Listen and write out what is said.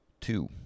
Two